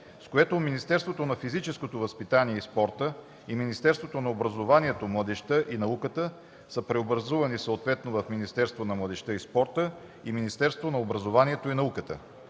с което Министерството на физическото възпитание и спорта и Министерството на образованието, младежта и науката са преобразувани съответно в Министерство на младежта и спорта и Министерство на образованието и науката.